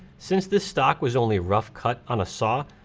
since this stock was only rough cut on a saw,